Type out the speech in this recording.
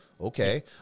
Okay